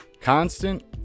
constant